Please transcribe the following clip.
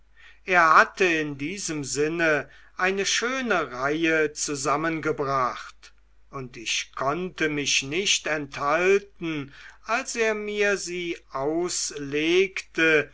er hatte in diesem sinne eine schöne reihe zusammengebracht und ich konnte mich nicht enthalten als er mir sie auslegte